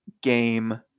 game